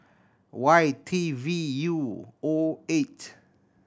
Y T V U O eight